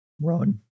run